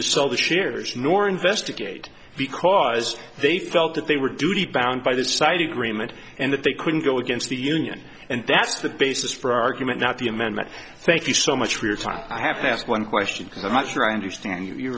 to sell the shares nor investigate because they felt that they were duty bound by the side agreement and that they couldn't go against the union and that's the basis for our argument that the amendment thank you so much for your time i have to ask one question because i'm not sure i understand you